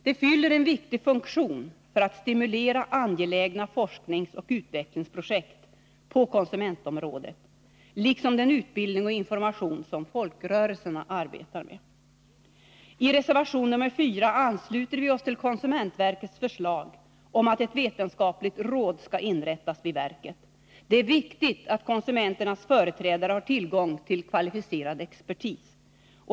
Det fyller en viktigt funktion för att stimulera angelägna forskningsoch utvecklingsprojekt på konsumentområdet liksom också sådan utbildning och information som folkrörelserna arbetar med. I reservation nr 4 ansluter vi oss till konsumentverkets förslag om att ett vetenskapligt råd skall inrättas vid verket. Det är viktigt att konsumenternas företrädare har tillgång till kvalificerad expertis.